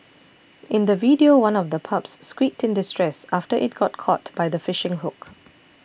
in the video one of the pups squeaked in distress after it got caught by the fishing hook